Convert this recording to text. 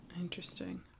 Interesting